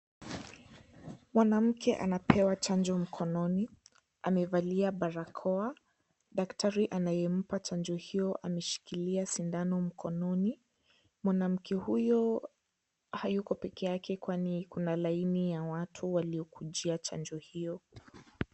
Mwanamke anapewa chanjo mkononi. Ameivalia barakoa. Daktari anayempa chanjo hiyo ameshikilia sindano mkononi. Mwanamke huyo hayuko peke yake kwani kuna laini ya watu waliokujia chanjo hiyo.